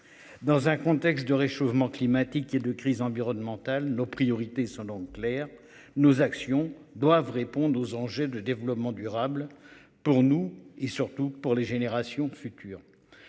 Dans un contexte de réchauffement climatique et de crises environnementales. Nos priorités sont donc clairs, nos actions doivent répondre aux enjeux de développement durable pour nous et surtout pour les générations futures.